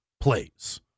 Plays